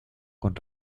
con